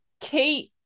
Kate